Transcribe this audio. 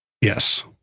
Yes